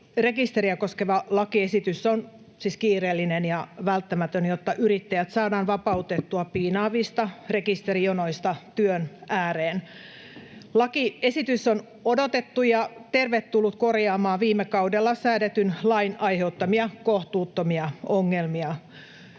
Soteri-rekisteriä koskeva lakiesitys on siis kiireellinen ja välttämätön, jotta yrittäjät saadaan vapautettua piinaavista rekisterijonoista työn ääreen. Lakiesitys on odotettu ja tervetullut korjaamaan viime kaudella säädetyn lain aiheuttamia kohtuuttomia ongelmia.